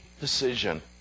decision